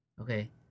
Okay